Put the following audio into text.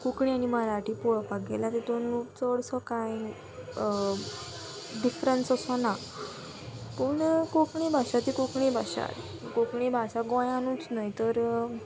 कोंकणी आनी मराठी पळोवपाक गेल्यार तितून चडसो कांय डिफरंस असो ना पूण कोंकणी भाशा ती कोंकणी भाशा कोंकणी भाशा गोंयानूच न्हय तर